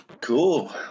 Cool